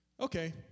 okay